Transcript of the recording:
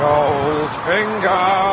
Goldfinger